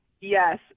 Yes